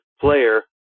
player